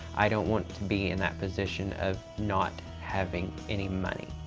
i don't want to be in that position of not having any money.